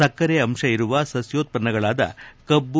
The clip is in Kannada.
ಸಕ್ಕರೆ ಅಂತ ಇರುವ ಸಸ್ಕೋತ್ಪನ್ನಗಳಾದ ಕಬ್ಬು